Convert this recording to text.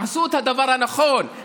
עשו את הדבר הנכון,